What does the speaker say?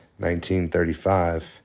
1935